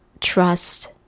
trust